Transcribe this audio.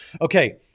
Okay